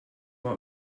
want